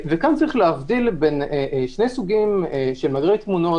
פה יש להבדיל בין שני סוגי מאגרי תמונות